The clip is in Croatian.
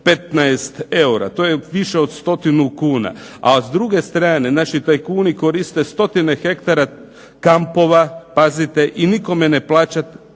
15 eura. To je više od stotinu kuna, a s druge strane naši tajkuni koriste stotine hektara kampova, pazite i nikome ne plaćaju